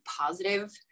positive